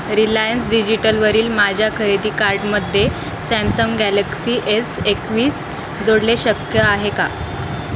Reliance डिजिटलवरील माझ्या खरेदी कार्टमध्ये सॅमसंग गॅलक्सी एस एकवीस जोडणे शक्य आहे का